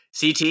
CT